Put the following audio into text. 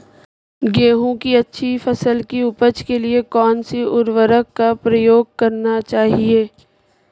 गेहूँ की अच्छी फसल की उपज के लिए कौनसी उर्वरक का प्रयोग करना चाहिए?